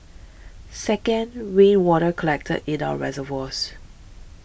second rainwater collected in our reservoirs